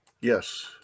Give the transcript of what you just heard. Yes